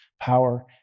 power